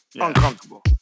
uncomfortable